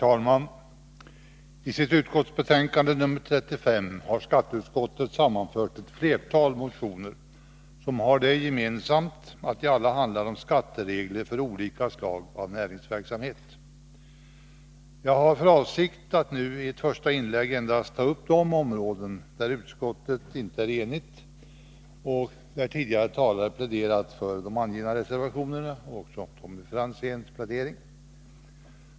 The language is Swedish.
Herr talman! I sitt betänkande nr 35 har skatteutskottet sammanfört ett flertal motioner, som har det gemensamt att de alla handlar om skatteregler för olika slag av näringsverksamhet. 35 Jag har för avsikt att nu i ett första inlägg endast ta upp de områden där utskottet inte är enigt och där tidigare talare pläderat för de avgivna reservationerna, och också Tommy Franzéns plädering.